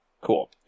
Cool